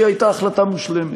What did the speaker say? הייתה החלטה מושלמת.